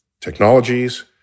technologies